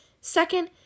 Second